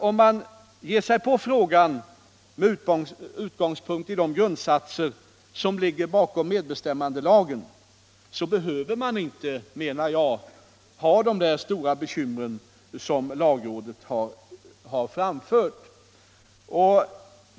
Om man ser på frågan med utgångspunkt i de grundsatser som ligger bakom medbestämmanderättslagen behöver man enligt min mening inte hysa de bekymmer som lagrådet framfört.